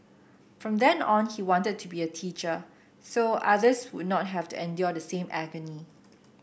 from then on he wanted to be a teacher so others would not have to endure the same agony